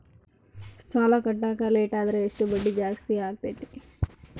ಸಾಲ ಕಟ್ಟಾಕ ಲೇಟಾದರೆ ಎಷ್ಟು ಬಡ್ಡಿ ಜಾಸ್ತಿ ಆಗ್ತೈತಿ?